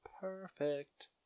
Perfect